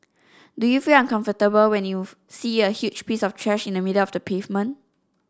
do you feel uncomfortable when you see a huge piece of trash in the middle of the pavement